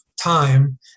time